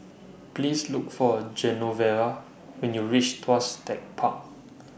Please Look For Genoveva when YOU REACH Tuas Tech Park